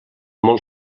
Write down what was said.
molt